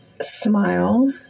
smile